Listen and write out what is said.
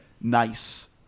nice